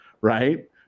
right